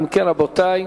אם כן, רבותי,